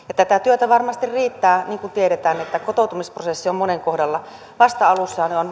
ja tätä työtä varmasti riittää niin kuin tiedetään että kotoutumisprosessi on monen kohdalla vasta alussa ja on